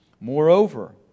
Moreover